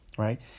Right